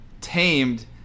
tamed